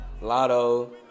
Lotto